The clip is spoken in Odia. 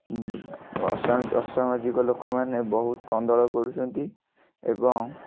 ଅସାମାଜିକ ଲୋକମାନେ ବହୁତ କନ୍ଦଳ କରୁଛନ୍ତି ଏବଂ